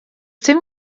dim